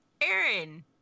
Aaron